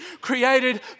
created